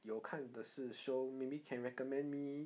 有看的是 show maybe can recommend me